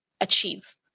achieve